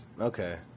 Okay